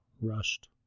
rushed